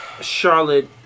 Charlotte